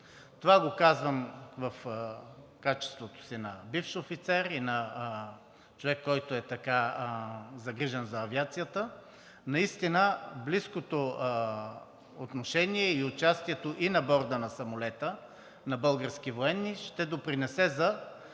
Това го казвам в качеството си на бивш офицер и на човек, който е загрижен за авиацията. Наистина близкото отношение и участието и на борда на самолета на български военни ще допринесе за